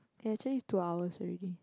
eh actually it's two hours already